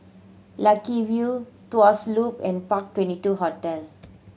Lucky View Tuas Loop and Park Twenty two Hotel